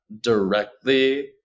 directly